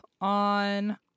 on